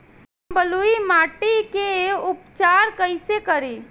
हम बलुइ माटी के उपचार कईसे करि?